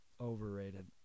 Overrated